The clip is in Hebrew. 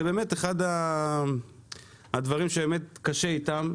זה אחד הדברים שיותר קשה איתם,